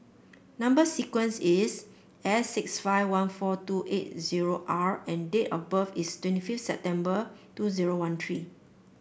number sequence is S six five one four two eight zero R and date of birth is twenty fifth September two zero one three